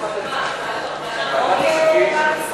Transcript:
בפעם הראשונה מעל דוכן זה, גברתי